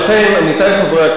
עמיתי חברי הכנסת,